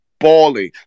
Balling